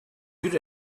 good